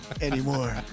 Anymore